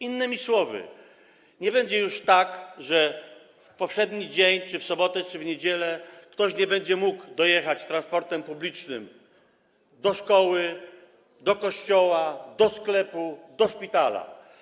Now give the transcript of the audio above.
Innymi słowy, nie będzie już tak, że w dzień powszedni czy w sobotę, czy w niedzielę ktoś nie będzie mógł dojechać transportem publicznym do szkoły, do kościoła, do sklepu, do szpitala.